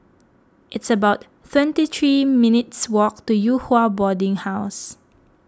it's about three minutes' walk to Yew Hua Boarding House